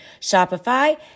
Shopify